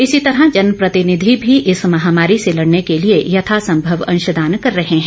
इसी तरह जनप्रतिनिधि भी इस महामारी से लड़ने के लिए यथासंभव अंशदान कर रहे हैं